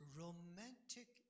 romantic